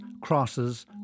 crosses